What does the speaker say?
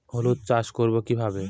হলুদ চাষ করব কিভাবে?